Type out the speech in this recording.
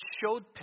showed